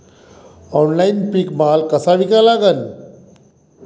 Online पीक माल कसा विका लागन?